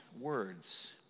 words